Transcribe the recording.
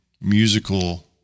musical